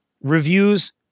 reviews